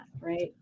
right